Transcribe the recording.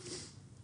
מהלשכה,